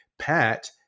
Pat